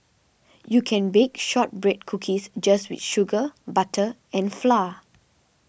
you can bake Shortbread Cookies just with sugar butter and flour